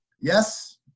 Yes